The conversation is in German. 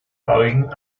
haarigen